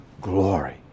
glory